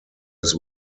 his